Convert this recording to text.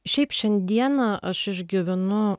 šiaip šiandieną aš išgyvenu